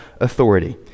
authority